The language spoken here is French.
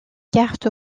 carte